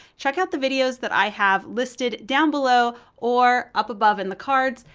check out the videos that i have listed down below, or up above in the cards,